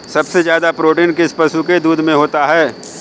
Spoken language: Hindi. सबसे ज्यादा प्रोटीन किस पशु के दूध में होता है?